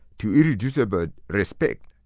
to irreducible respect,